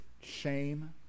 shame